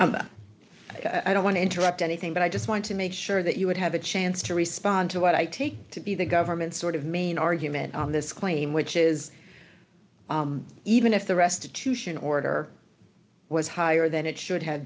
claim i don't want to interrupt anything but i just want to make sure that you would have a chance to respond to what i take to be the government's sort of main argument on this claim which is even if the restitution order was higher than it should have